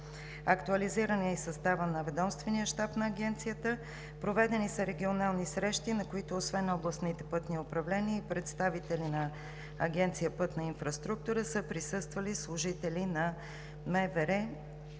Актуализиран е и съставът на ведомствения щаб на Агенцията. Проведени са регионални срещи, на които, освен областните пътни управления и представители на Агенция „Пътна инфраструктура“, са присъствали служители на